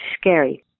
scary